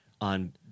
on-